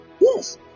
Yes